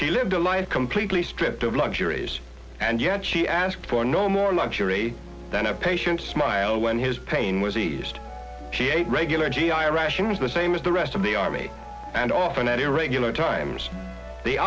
she lived a life completely stripped of luxuries and yet she asked for no more like pureed than a patient smile when his pain was eased she ate regular g i rations the same as the rest of the army and often at irregular times the